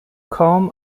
kaum